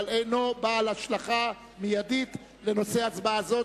אבל אינו בעל השלכה מיידית לנושא הצבעה זו,